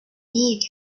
need